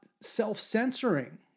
self-censoring